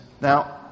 now